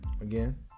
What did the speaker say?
Again